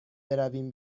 برویم